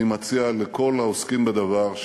אני מציע לכל העוסקים בדבר,